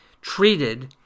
treated